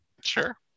sure